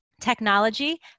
technology